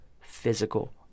physical